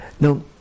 Now